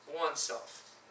oneself